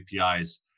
APIs